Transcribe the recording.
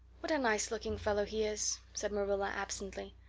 what a nice-looking fellow he is, said marilla absently.